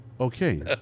Okay